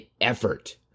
effort